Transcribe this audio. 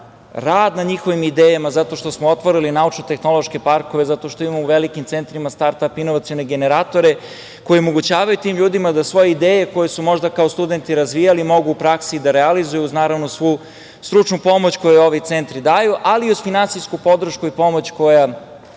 rad na njihovim idejama, zato što smo otvorili naučno-tehnološke parkove, zato što imamo u velikim centrima start-ap inovacione generatore, koji omogućavaju tim ljudima da svoje ideje koje su možda kao studenti razvijali mogu u praksi da realizuju, uz svu stručnu pomoć koju ovi centri daju, ali i uz finansijsku podršku i pomoć koju